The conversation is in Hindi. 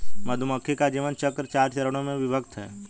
मधुमक्खी का जीवन चक्र चार चरणों में विभक्त है